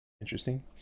interesting